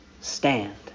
stand